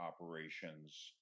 operations